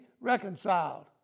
reconciled